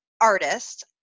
artist